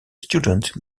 student